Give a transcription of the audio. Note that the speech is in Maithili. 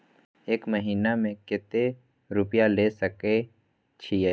एक महीना में केते रूपया ले सके छिए?